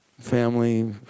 family